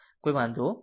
કોઇ વાંધો નથી